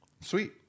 Sweet